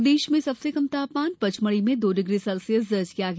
प्रदेश में सबसे कम तापमान पचमढ़ी में दो डिग्री सेल्सियस दर्ज किया गया